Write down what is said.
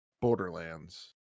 borderlands